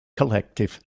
collective